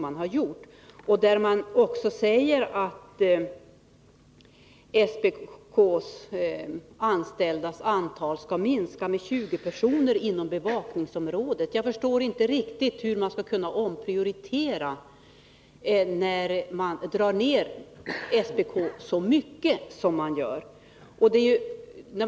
Man säger också att antalet anställda inom bevakningsområdet vid SPK skall minskas med 20 personer. Jag förstår inte riktigt hur man skall kunna omprioritera när man drar ner så mycket inom SPK.